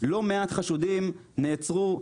לא מעט חשודים נעצרו,